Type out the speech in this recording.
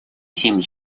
семь